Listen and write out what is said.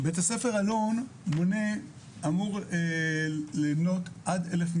בית הספר אלון אמור למנות עד 1,100